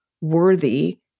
worthy